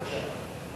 בבקשה.